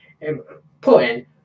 important